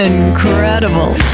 Incredible